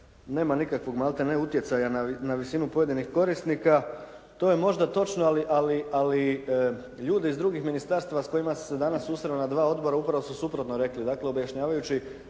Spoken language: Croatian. nema nikakvog maltene utjecaja na visinu pojedinih korisnika, to je možda točno ali ljudi iz drugih ministarstava s kojima sam se danas susreo na dva odbora upravo su suprotno rekli.